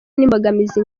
n’imbogamizi